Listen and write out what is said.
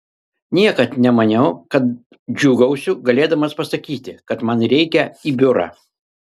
niekad nemaniau kad džiūgausiu galėdamas pasakyti kad man reikia į biurą